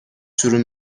شروع